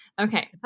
Okay